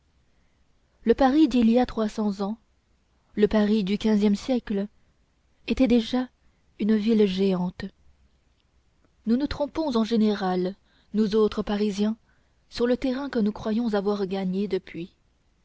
le paris d'il y a trois cent cinquante ans le paris du quinzième siècle était déjà une ville géante nous nous trompons en général nous autres parisiens sur le terrain que nous croyons avoir gagné depuis